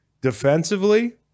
Defensively